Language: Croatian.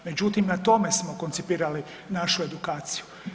Međutim, na tome smo koncipirali našu edukaciju.